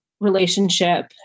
relationship